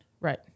right